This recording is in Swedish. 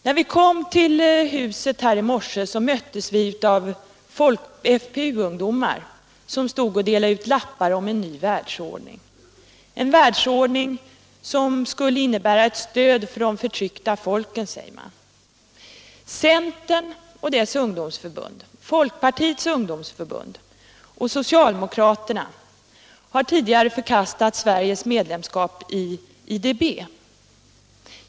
När vi kom till huset här i morse möttes vi av fpungdomar som stod och delade ut lappar om en ny världsordning — en världsordning som skulle innebära ett stöd för de förtryckta folken, sade man. Centern och dess ungdomsförbund, folkpartiets ungdomsförbund och socialdemokraterna har tidigare förkastat Sveriges medlemskap i IDB.